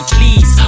Please